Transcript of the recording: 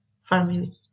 family